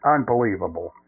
Unbelievable